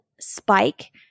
Spike